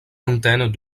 antenne